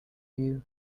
you